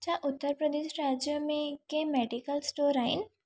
छा उत्तर प्रदेश राॼ में के मेडिकल स्टोर आहिनि